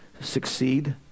succeed